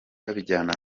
babijyana